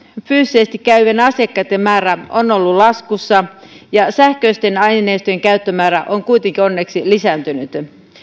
fyysisesti käyvien asiakkaitten määrä on ollut laskussa ja sähköisten aineistojen käyttömäärä on kuitenkin onneksi lisääntynyt